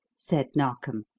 said narkom.